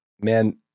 man